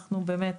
אנחנו באמת